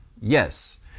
Yes